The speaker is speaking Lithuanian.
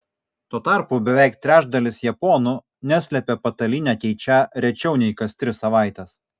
tuo tarpu beveik trečdalis japonų neslėpė patalynę keičią rečiau nei kas tris savaites